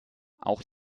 auch